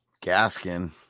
Gaskin